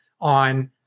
on